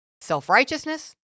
self-righteousness